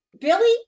Billy